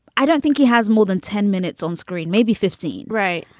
i don't think he has more than ten minutes on screen, maybe fifteen. right.